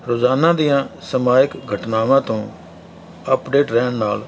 ਰੋਜ਼ਾਨਾ ਦੀਆਂ ਸਮਾਜਿਕ ਘਟਨਾਵਾਂ ਤੋਂ ਅਪਡੇਟ ਰਹਿਣ ਨਾਲ